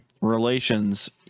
relations